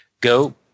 Go